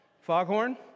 foghorn